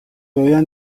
уяан